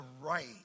right